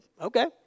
Okay